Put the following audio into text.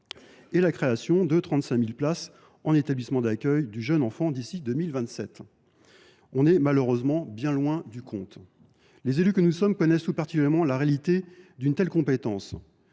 et la création de 35 000 places en établissement d’accueil du jeune enfant d’ici à 2027. On est malheureusement bien loin du compte ! Les élus que nous sommes connaissent tout particulièrement la réalité d’une telle compétence.